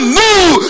move